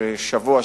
בעוד שבוע,